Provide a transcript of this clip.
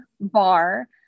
bar